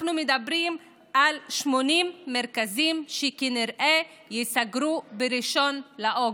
אנחנו מדברים על 80 מרכזים שכנראה ייסגרו ב-1 באוגוסט,